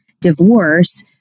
divorce